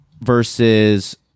versus